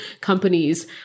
companies